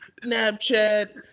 Snapchat